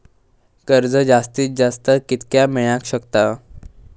कर्ज जास्तीत जास्त कितक्या मेळाक शकता?